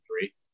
three